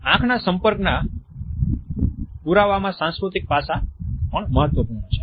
આંખના સંપર્કના પૂરાવામાં સાંસ્કૃતિક પાસાં પણ મહત્વપૂર્ણ છે